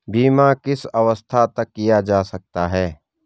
बीमा किस अवस्था तक किया जा सकता है?